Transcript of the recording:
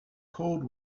cold